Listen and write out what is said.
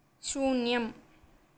शून्यम्